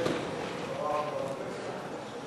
חבר הכנסת עיסאווי פריג'.